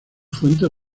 fuentes